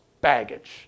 baggage